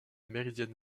méridienne